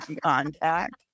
contact